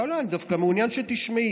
לא, לא, אני דווקא מעוניין שתשמעי.